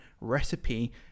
recipe